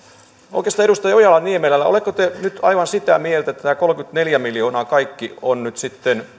oikeastaan edustaja ojala niemelälle oletteko te nyt aivan sitä mieltä että tämä kaikki kolmekymmentäneljä miljoonaa on nyt sitten